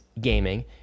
gaming